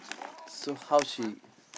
so how she